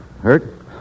Hurt